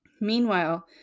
Meanwhile